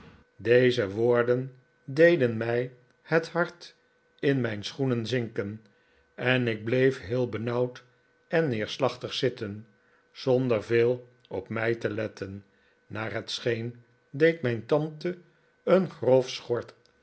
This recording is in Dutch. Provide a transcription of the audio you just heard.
deze woorden deden mij het hart in mijn schoenen zinken en ik bleef heel benauwd en neerslachtig zitten zonder veel op mij te letten naar het scheen deed mijn tante een grof